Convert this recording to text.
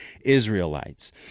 Israelites